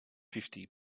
fifty